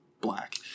black